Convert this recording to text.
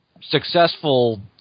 successful